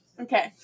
Okay